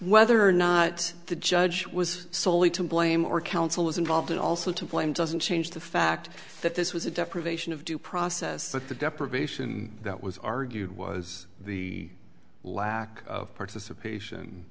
whether or not the judge was solely to blame or counsel is involved and also to blame doesn't change the fact that this was a deprivation of due process but the deprivation that was argued was the lack of participation